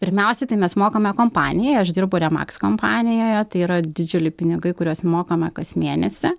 pirmiausiai tai mes mokame kompanijai aš dirbu remaks kompanijoje tai yra didžiuliai pinigai kuriuos mokame kas mėnesį